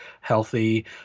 healthy